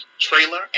trailer